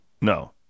no